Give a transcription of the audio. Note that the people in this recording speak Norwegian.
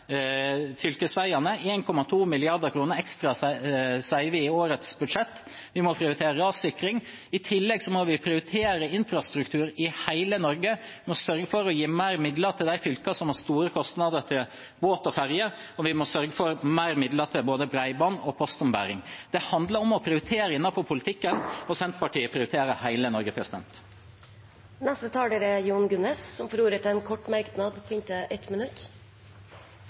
i årets budsjett. Vi må prioritere rassikring, i tillegg må vi prioritere infrastruktur i hele Norge. Vi må sørge for å gi mer midler til de fylkene som har store kostnader til båt og ferge, og vi må sørge for mer midler til både bredbånd og postombæring. Det handler om å prioritere innenfor politikken, og Senterpartiet prioriterer hele Norge. Representanten Jon Gunnes har hatt ordet to ganger tidligere og får ordet til en kort merknad, begrenset til 1 minutt.